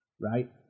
right